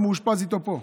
אני מאושפז איתו פה.